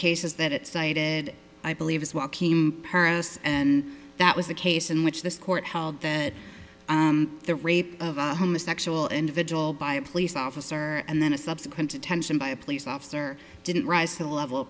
cases that it cited i believe is joachim paris and that was the case in which this court held that the rape of a homosexual individual by a police officer and then a subsequent attention by a police officer didn't rise to the level of